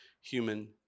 human